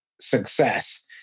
success